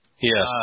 Yes